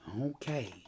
Okay